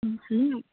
hello